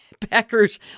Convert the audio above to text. Packers